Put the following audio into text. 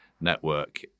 network